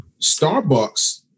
Starbucks